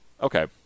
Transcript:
Okay